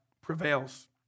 prevails